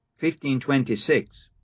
1526